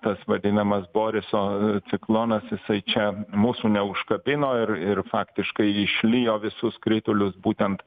tas vadinamas boriso ciklonas jisai čia mūsų neužkabino ir ir faktiškai išlijo visus kritulius būtent